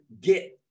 get